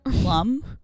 plum